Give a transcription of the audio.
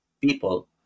people